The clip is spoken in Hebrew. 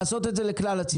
לעשות את זה לכלל הציבור.